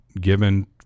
given